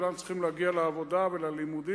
כולם צריכים להגיע לעבודה וללימודים.